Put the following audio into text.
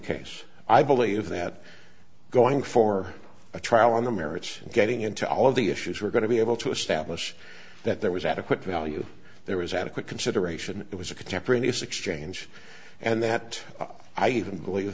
case i believe that going for a trial on the merits and getting into all of the issues we're going to be able to establish that there was adequate value there was adequate consideration it was a contemporaneous exchange and that i even believe